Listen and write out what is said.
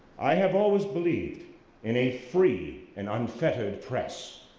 i have always believed in a free and unfettered press.